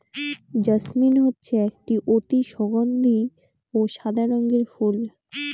jasmine হচ্ছে একটি অতি সগন্ধি ও সাদা রঙের ফুল